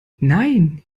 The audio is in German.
nein